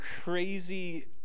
crazy